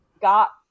got